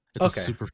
okay